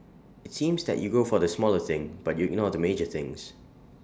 IT seems that you go for the smaller thing but you ignore the major things